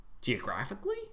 Geographically